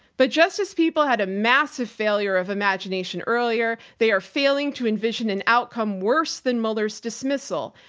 but justice people had a massive failure of imagination earlier. they are failing to envision an outcome worse than mueller's dismissal,